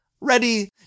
ready